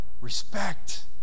Respect